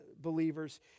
believers